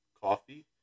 coffee